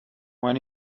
when